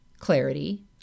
Clarity